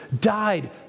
died